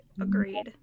agreed